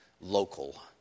local